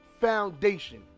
foundation